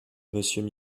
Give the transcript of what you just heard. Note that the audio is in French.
monsieur